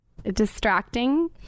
Distracting